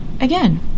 again